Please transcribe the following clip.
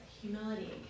humility